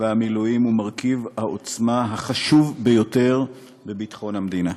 צבא המילואים הוא מרכיב העוצמה החשוב ביותר בביטחון המדינה.